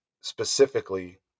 specifically